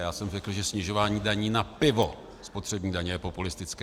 Já jsem řekl, že snižování daní na pivo spotřební daně je populistické.